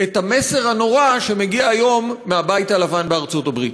את המסר הנורא שמגיע היום מהבית הלבן בארצות-הברית.